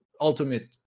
ultimate